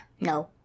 No